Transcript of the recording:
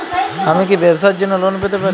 আমি কি ব্যবসার জন্য লোন পেতে পারি?